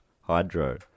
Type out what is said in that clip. Hydro